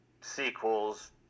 sequels